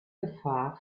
gefahr